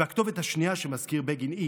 הכתובת השנייה שמזכיר בגין היא